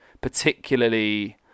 particularly